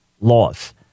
laws